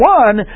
one